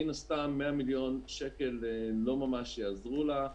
מן הסתם 100 מיליון שקל לא ממש יעזרו לה.